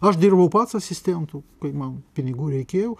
aš dirbau pats asistentu kai man pinigų reikėjo